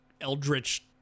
eldritch